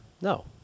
no